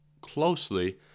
closely